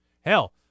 Hell